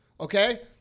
Okay